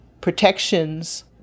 protections